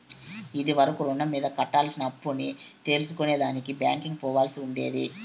ఇది వరకు రుణం మీద కట్టాల్సిన అప్పుని తెల్సుకునే దానికి బ్యాంకికి పోవాల్సి ఉండేది